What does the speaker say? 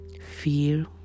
fear